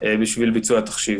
בשביל ביצוע התחשיב.